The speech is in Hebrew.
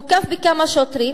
מוקף בכמה שוטרים,